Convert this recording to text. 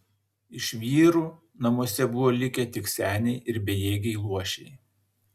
iš vyrų namuose buvo likę tik seniai ir bejėgiai luošiai